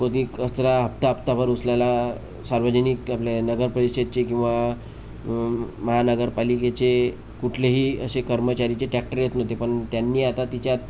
कोणी कचरा हफ्ता हफ्ताभर उचलायला सार्वजनिक आपले नगरपरिषदेचे किंवा महानगरपालिकेचे कुठलेही असे कर्मचारी जे ट्रॅक्टर येत नव्हते पण त्यांनी आता तिच्यात